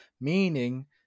meaning